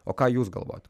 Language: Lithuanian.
o ką jūs galvojat